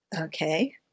Okay